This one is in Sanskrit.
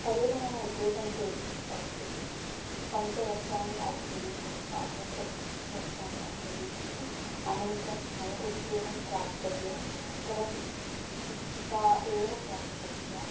तदेव मम उद्देशमपि वर्तते पञ्चवर्षाणि अध्ययनं कृत्वा अथवा षट् वर्षाणि अध्ययनं कृत्वा अनन्तरं मया उद्योगं प्राप्तव्यं तदपि शिक्षिका एव प्राप्तव्या